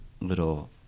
little